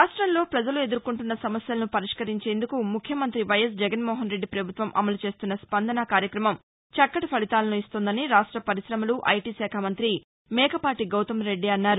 రాష్ట్రంలో ప్రజలు ఎదుర్కొంటున్న సమస్యలను పరిష్కరించేందుకు ముఖ్యమంతి వైఎస్ జగన్మోహన్రెద్ది ప్రభుత్వం అమలు చేస్తున్న స్పందన కార్యక్రమం చక్కటి ఫలితాలను ఇస్తోందని రాష్ట్ర పరిశమలు ఐటీ శాఖ మంగ్రి మేకపాటీ గౌతమ్ రెడ్ది అన్నారు